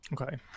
Okay